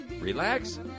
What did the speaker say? relax